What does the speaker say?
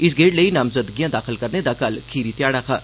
इस गेड़ लेई नामज़दगियां दाखल करने दा कल खीरी ध्याड़ा हा